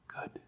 good